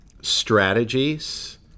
strategies